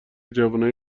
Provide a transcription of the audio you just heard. جوونای